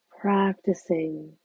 practicing